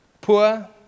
poor